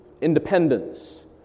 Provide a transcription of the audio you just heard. independence